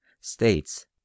states